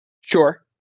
Sure